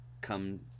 come